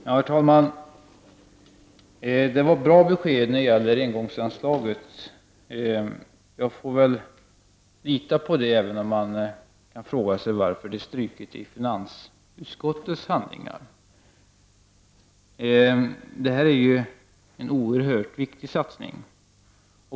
Herr talman! Det var bra besked när det gäller engångsanslaget. Jag får väl lita på det, även om man kan fråga sig varför det var struket i finansutskottets handlingar. Det här är en oerhört viktig satsning.